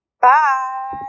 Bye